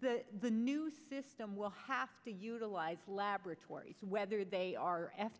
the new system will have to utilize laboratories whether they are f